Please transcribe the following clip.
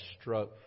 struck